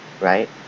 right